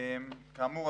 כאמור,